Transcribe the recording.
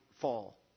fall